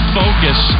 focus